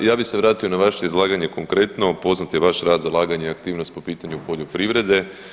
Ja bih se vratio na vaše izlaganje konkretno, poznat je vaš rad, zalaganje i aktivnost po pitanju poljoprivrede.